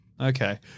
Okay